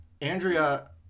Andrea